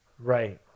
Right